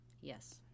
Yes